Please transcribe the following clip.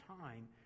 time